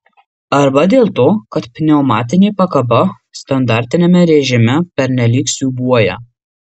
arba dėl to kad pneumatinė pakaba standartiniame režime pernelyg siūbuoja